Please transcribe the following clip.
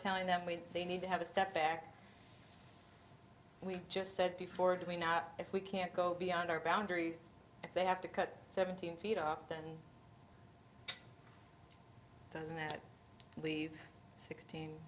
telling them when they need to have a step back we just said before do we not if we can't go beyond our boundaries if they have to cut seventeen feet off then doesn't that leave sixteen